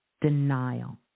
denial